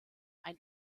ein